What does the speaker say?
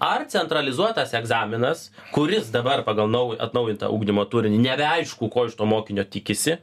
ar centralizuotas egzaminas kuris dabar pagal naują atnaujintą ugdymo turinį nebeaišku ko iš to mokinio tikisi